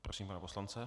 Prosím pana poslance.